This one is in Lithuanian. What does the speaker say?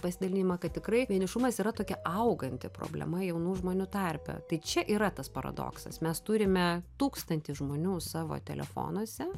pasidalinimą kad tikrai vienišumas yra tokia auganti problema jaunų žmonių tarpe tai čia yra tas paradoksas mes turime tūkstantį žmonių savo telefonuose